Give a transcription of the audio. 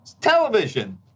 television